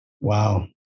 Wow